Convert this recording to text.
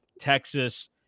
Texas